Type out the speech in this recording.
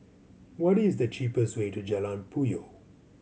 what is the cheapest way to Jalan Puyoh